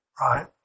right